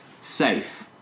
safe